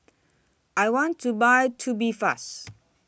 I want to Buy Tubifast